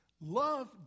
love